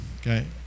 okay